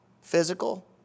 physical